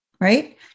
right